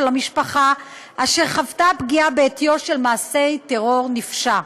המשפחה אשר חוותה פגיעה בעטיו של מעשה טרור נפשע.